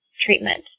treatment